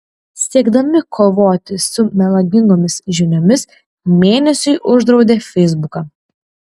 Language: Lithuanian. siekdami kovoti su melagingomis žiniomis mėnesiui uždraudė feisbuką